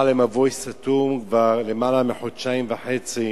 למבוי סתום כבר למעלה מחודשיים וחצי,